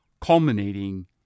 culminating